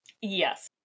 yes